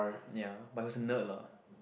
ya but he was a nerd lah